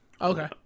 okay